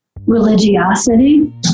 religiosity